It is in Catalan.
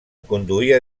conduïa